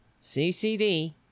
CCD